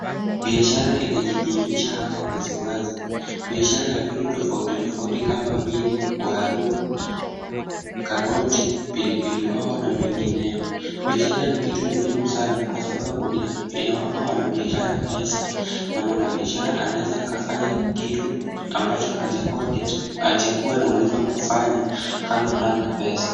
Biashara inajidhihirisha hapa wazi wazi. Biashara ya vitu tofauti tofauti kama vile; waru , karoti, pilipili hoho na mengineyo. Biashara ni kitu muhimu sana kwa sababu inawapa wanabiashara pesa na mwanabiashara anaweza akafanya kitu ambacho hajakuwa na uwezo wa kufanya kama hana pesa.